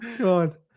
god